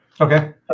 Okay